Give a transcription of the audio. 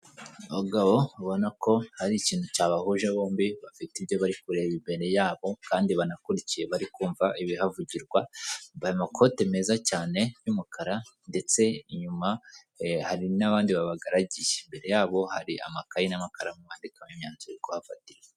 Abagabo ubona ko hari ikintu cyabahuje bombi bafite ibyo bari kureba imbere yabo kandi banakurikiye bari kumva ibihavugirwa; bambaye amakote meza cyane y'umukara ndetse inyuma hari n'abandi babagaragiye; imbere yabo hari amakayi n'amakaramu bandikamo imyanzuro iri kuhafatirwa.